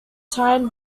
tyne